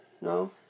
No